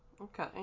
okay